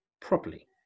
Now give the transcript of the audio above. properly